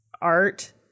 art